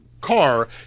car